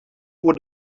voor